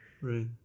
Right